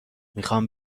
میخوام